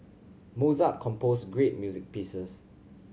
Mozart composed great music pieces